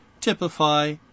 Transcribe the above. typify